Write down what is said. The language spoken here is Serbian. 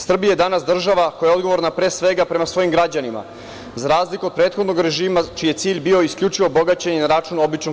Srbija je danas država koja je odgovorna pre svega prema svojim građanima, za razliku od prethodnog režima čiji je cilj bio isključivo bogaćenje na račun običnog